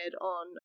on